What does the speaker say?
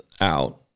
out